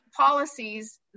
policies